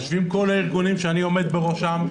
יושבים כל הארגונים שאני עומד בראשם,